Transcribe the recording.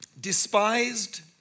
despised